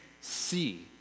see